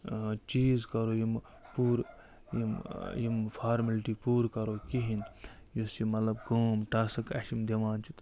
چیٖز کَرو یِمہٕ پوٗرٕ یِم یِم فارمٮ۪لٹی پوٗرٕ کَرو کِہیٖنۍ یُس یہِ مطلب کٲم ٹاسٕک اَسہِ یِم دِوان چھِ تہٕ